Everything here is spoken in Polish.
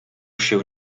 się